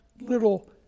little